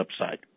upside